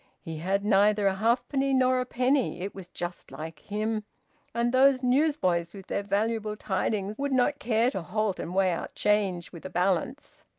he had neither a halfpenny nor a penny it was just like him and those newsboys with their valuable tidings would not care to halt and weigh out change with a balance.